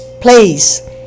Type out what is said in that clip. place